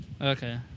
Okay